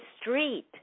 street